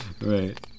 Right